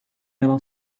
yalan